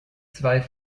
zwei